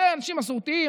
הם אנשים מסורתיים,